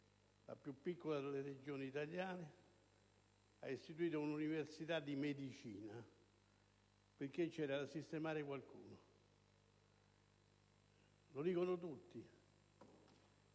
la più piccola delle Regioni italiane ha istituito la facoltà di medicina, perché bisognava sistemare qualcuno. Lo dicono tutti.